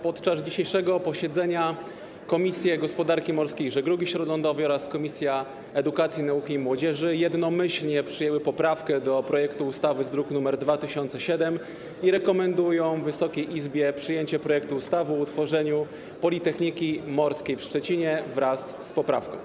Podczas dzisiejszego posiedzenia Komisja Gospodarki Morskiej i Żeglugi Śródlądowej oraz Komisja Edukacji, Nauki i Młodzieży jednomyślnie przyjęły poprawkę do projektu ustawy z druku nr 2007 i rekomendują Wysokiej Izbie przyjęcie projektu ustawy o utworzeniu Politechniki Morskiej w Szczecinie wraz z poprawką.